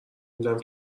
میدم